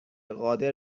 قادر